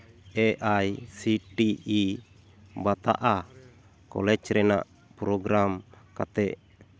A I C T E ᱵᱟᱛᱟᱜᱼᱟ college ᱨᱮᱱᱟᱜ programme ᱠᱟᱛᱮᱫ